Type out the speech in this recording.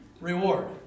reward